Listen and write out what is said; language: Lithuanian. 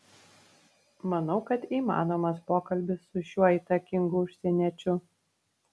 manau kad įmanomas pokalbis su šiuo įtakingu užsieniečiu